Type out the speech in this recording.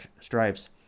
stripes